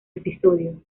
episodio